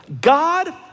God